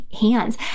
hands